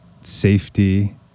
safety